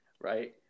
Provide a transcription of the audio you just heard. right